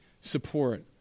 support